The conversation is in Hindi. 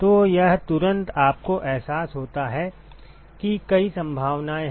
तो यह तुरंत आपको एहसास होता है कि कई संभावनाएं हैं